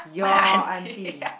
your aunty